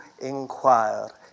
inquire